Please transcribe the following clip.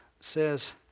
says